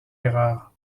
erreur